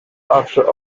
after